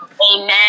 Amen